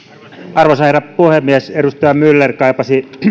arvoisa herra puhemies edustaja myller kaipasi